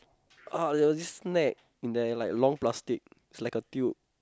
uh there was this snack in like a long plastic it's like a tube